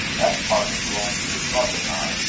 that department belongs to his mother and i.